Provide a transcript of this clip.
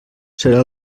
serà